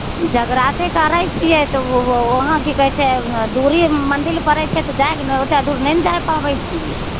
जगराती करै छियै तव वहाॅं की कहै छै दूरी मन्दिर परै छै तऽ ओतै दूर नहि ने जाइ पाबै छियै